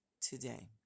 today